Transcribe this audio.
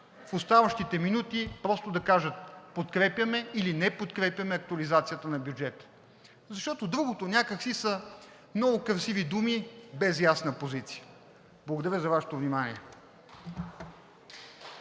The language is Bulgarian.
в оставащите минути, просто да кажат – подкрепяме, или не подкрепяме актуализацията на бюджета. Защото другото, някак си са много красиви думи, без ясна позиция. Благодаря за Вашето внимание.